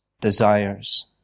desires